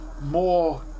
more